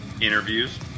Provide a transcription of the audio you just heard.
interviews